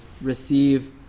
receive